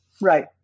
Right